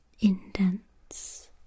indents